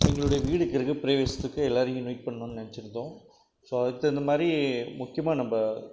எங்களுடைய வீடு கிரஹப்பிரவேசத்துக்கு எல்லோரையும் இன்வைட் பண்ணணுன்னு நெனைச்சிருந்தோம் ஸோ அதுக்கு தகுந்தமாதிரி முக்கியமாக நம்ம